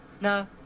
No